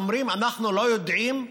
אומרים: אנחנו לא יודעים,